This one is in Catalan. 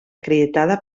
acreditada